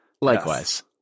Likewise